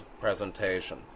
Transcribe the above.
presentation